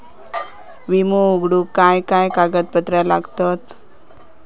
विमो उघडूक काय काय कागदपत्र लागतत?